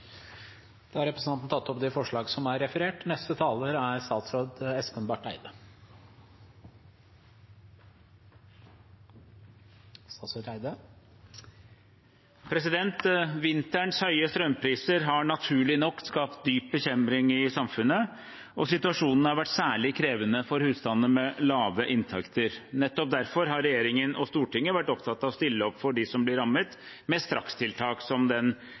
har vært særlig krevende for husstander med lave inntekter. Nettopp derfor har regjeringen og Stortinget vært opptatt av å stille opp for dem som blir rammet, med strakstiltak, som den nå godt kjente støtteordningen for strøm. På lengre sikt er det, som har vært